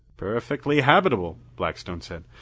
perfectly habitable, blackstone said.